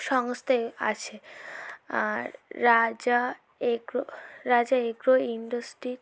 সমস্তই আছে আর Raja agro Raja agro industry